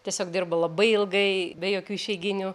tiesiog dirba labai ilgai be jokių išeiginių